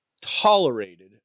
tolerated